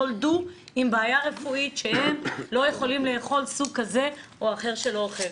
נולדו עם בעיה רפואית שהם לא יכולים סוג כזה או אחר של אוכל.